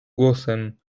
głosem